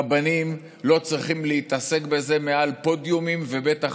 רבנים לא צריכים להתעסק בזה מעל פודיומים ובטח